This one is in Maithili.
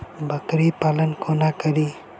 बकरी पालन कोना करि?